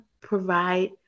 provide